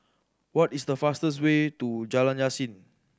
what is the fastest way to Jalan Yasin